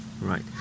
Right